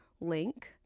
link